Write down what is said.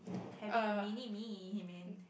having a mini me you mean